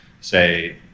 say